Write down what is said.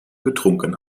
getrunken